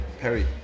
Perry